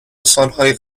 سالهای